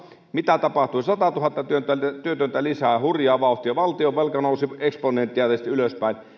mitä tapahtui satatuhatta työtöntä työtöntä lisää hurjaa vauhtia valtion velka nousi eksponentiaalisesti ylöspäin